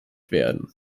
werden